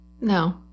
No